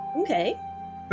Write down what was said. Okay